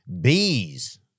Bees